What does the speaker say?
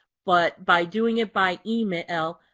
but by doing it by email,